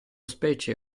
specie